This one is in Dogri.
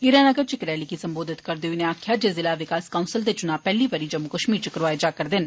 हीरानगर च इक रैली गी सम्बोधित करदे होई उन्ने आक्खेआ जे जिला विकास कौंसल दे चुना पैहली बारी जम्मू कश्मीर च करोआए जा रदे न